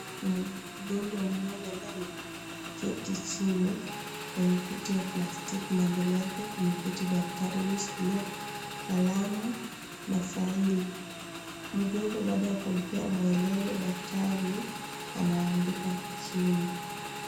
Mgonjwa mmoja ambaye ameketi chini kwenye kiti ya plastiki na mbele yake ameketi daktari aliyeshikilia kalamu na faili mgonjwa bado anampea maelezo daktari anaandika chini.